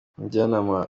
umujyanama